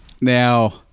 Now